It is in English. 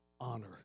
honor